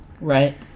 Right